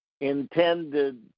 intended